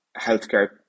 healthcare